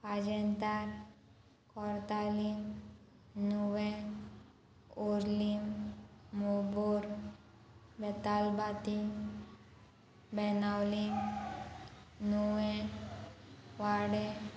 आजेंता Cortalim Nuvem Orlim Mobor Betalbatim Benaulim Nuvem Wade